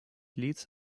лиц